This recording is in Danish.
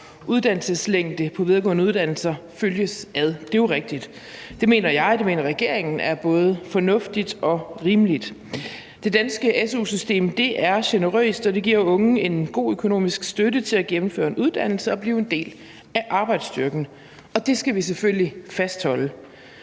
uddannelseslængde på videregående uddannelser følges ad. Det er jo rigtigt. Det mener jeg og regeringen er både fornuftigt og rimeligt. Det danske su-system er generøst, og det giver unge en god økonomisk støtte til at gennemføre en uddannelse og blive en del af arbejdsstyrken, og det skal vi selvfølgelig fastholde.